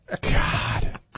God